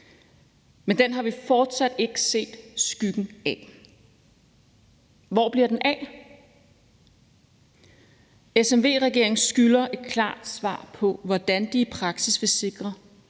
men den har vi fortsat ikke set skyggen af. Hvor bliver den af? SMV-regeringen skylder et klart svar på, hvordan de i praksis vil sikre,